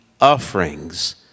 offerings